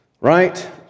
Right